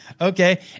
Okay